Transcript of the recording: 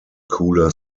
cooler